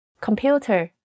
Computer